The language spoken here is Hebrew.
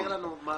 תסביר לנו את